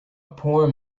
poor